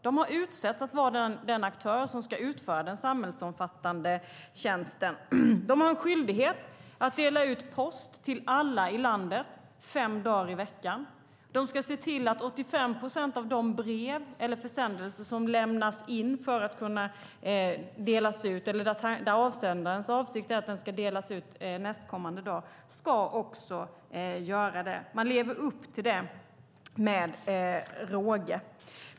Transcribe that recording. Posten har utsetts att vara den aktör som ska utföra den samhällsomfattande tjänsten. Man har en skyldighet att dela ut post till alla i landet fem dagar i veckan. Man ska se till att 85 procent av de brev eller försändelser som lämnas in med avsikt att delas ut nästkommande dag också ska delas ut då. Man lever upp till det med råge.